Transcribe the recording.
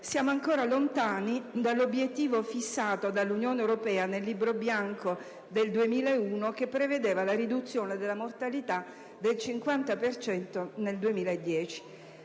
siamo ancora lontani dall'obiettivo fissato dall'Unione europea nel Libro bianco del 2001, che prevedeva la riduzione della mortalità del 50 per cento